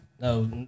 No